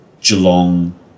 Geelong